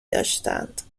داشتند